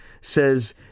says